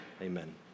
Amen